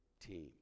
team